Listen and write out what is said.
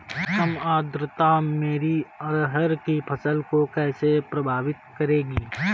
कम आर्द्रता मेरी अरहर की फसल को कैसे प्रभावित करेगी?